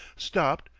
stopped,